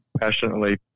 passionately